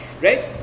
Right